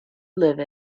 live